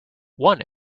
one